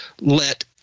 let